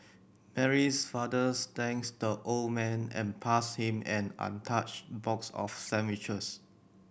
Mary's father thanks the old man and passed him an untouched box of sandwiches